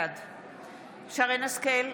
בעד שרן מרים השכל,